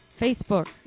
Facebook